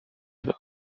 داد